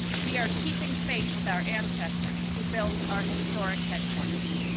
we are keeping faith with our ancestors who built our historic headquarters.